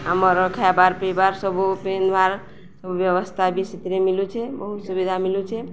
ଆମର ଖାଇବାର୍ ପିଇବାର୍ ସବୁ ପିନ୍ଧବାର୍ ସବୁ ବ୍ୟବସ୍ଥା ବି ସେଥିରେ ମିଲୁଛେ ବହୁତ ସୁବିଧା ମିଲୁଛେ